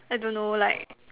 I don't know like